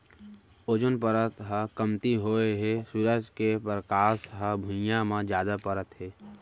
ozone परत ह कमती होए हे सूरज के परकास ह भुइयाँ म जादा परत हे